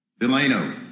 Delano